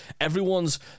everyone's